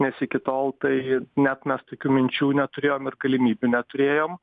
nes iki tol tai net mes tokių minčių neturėjom ir galimybių neturėjom